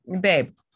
babe